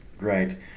right